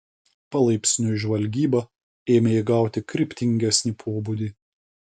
palaipsniui žvalgyba ėmė įgauti kryptingesnį pobūdį